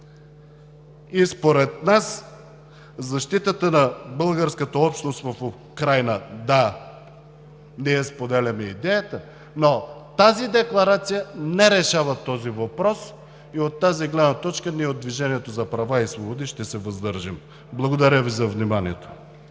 и според нас защитата на българската общност в Украйна – да, ние споделяме идеята, но тази декларация не решава този въпрос. От тази гледна точка ние – от „Движението за права и свободи“, ще се въздържим. Благодаря Ви за вниманието.